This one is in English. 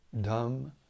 dumb